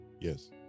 Yes